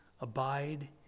abide